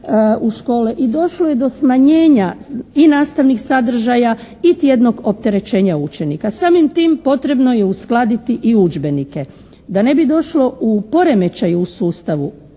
u škole i došlo je do smanjenja i nastavnih sadržaja i tjednog opterećenja učenika. Samim tim potrebno je uskladiti i udžbenike. Da ne bi došlo do poremećaja u sustavu